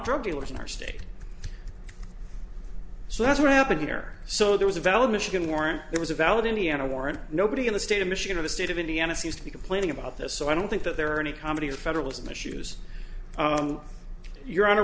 drug dealers in our state so that's what happened here so there was a valid michigan warrant it was a valid indiana warrant nobody in the state of michigan or the state of indiana seems to be complaining about this so i don't think that there are any comedy of federalism issues your honor